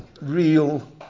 real